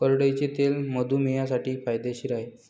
करडईचे तेल मधुमेहींसाठी फायदेशीर आहे